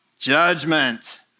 judgment